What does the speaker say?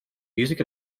music